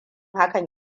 hakan